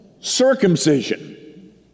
circumcision